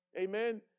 Amen